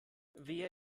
wer